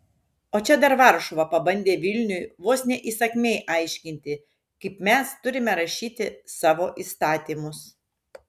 o čia dar varšuva pabandė vilniui vos ne įsakmiai aiškinti kaip mes turime rašyti savo įstatymus